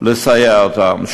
לסייע להם.